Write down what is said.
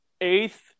eighth